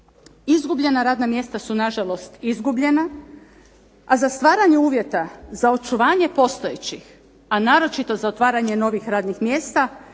Izgubljena radna mjesta su nažalost izgubljena, a za stvaranje uvjeta za očuvanje postojećih, a naročito za otvaranje novih radnih mjesta